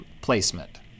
placement